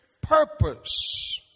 purpose